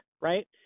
right